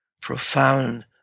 profound